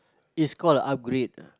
is called upgrade